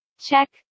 check